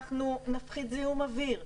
אנחנו נפחית זיהום אוויר,